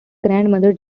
grandmother